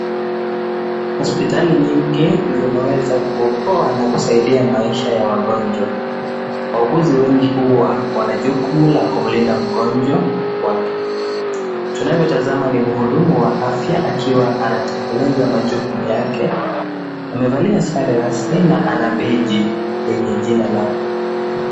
Hospitali nyingi zimeweza kuokoa na kusaidia maisha ya wagonjwa. Wauguzi wengu huwa wana jukumu la kumlinda mgonjwa wake, tunayotazama ni mhudumu wa afya akiwa anatekeleza majukumu yake, amevalia sare rasmi na ana beji lenye jina lake.